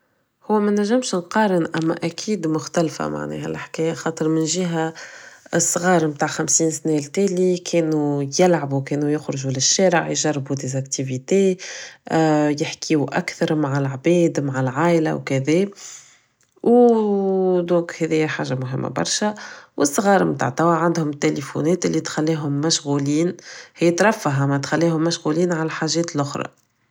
هو مانجمش نقارن اما اكيد مختلفة الحكاية خاطر من جهة الصغار متاع 50 سنة تالي كانو يلعبو كانو يخرجو للشارع كانو يجربو des activités يحكيو اكتر مع العباد مع العايلة و كدا و donc هادي حاجة مهمة برشا و الصغار متاع توعا عندهم تيليفونات اللي تخليهم مشغولين يترفه تخليه مشغولين على الحاجات الاخرى